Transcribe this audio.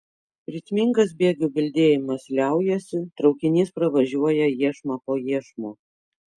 ritmingas bėgių bildėjimas liaujasi traukinys pravažiuoja iešmą po iešmo